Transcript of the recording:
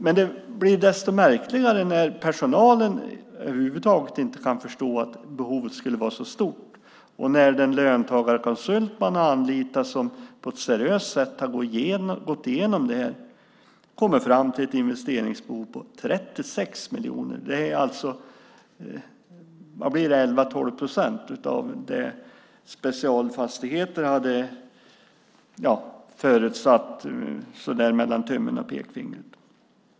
För det andra blir det desto märkligare när personalen över huvud taget inte kan förstå att behovet skulle vara så stort och när den löntagarkonsult som man har anlitat, och som på ett seriöst sätt har gått igenom det här, kommer fram till ett investeringsbehov på 36 miljoner. Det blir alltså 11-12 procent av det som Specialfastigheter hade förutsatt, så där mellan tummen och pekfingret.